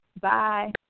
Bye